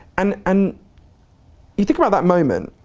and and you think about that moment,